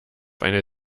eine